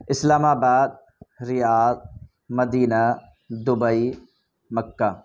اسلام آباد Riyadh Medina Dubai مکہ